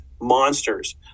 monsters